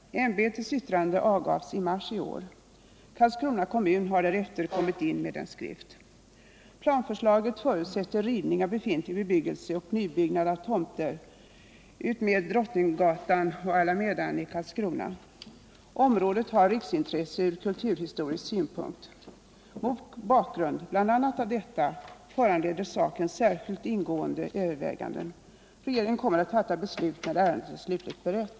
Ämbetets yttrande avgavs i mars i år. Karlskrona kommun har därefter kommit in med en skrift. Planförslaget förutsätter rivning av befintlig bebyggelse och nybyggnad på tomter utmed Drottninggatan och Alamedan i Karlskrona. Området har riksintresse ur kulturhistorisk synpunkt. Mot bakgrund bl.a. av detta föranleder saken särskilt ingående överväganden. Regeringen kommer att fatta beslut när ärendet är slutligt berett.